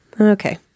okay